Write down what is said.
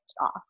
off